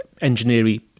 engineering